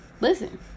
listen